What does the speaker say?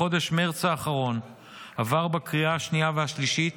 בחודש מרץ האחרון עבר בקריאה השנייה והשלישית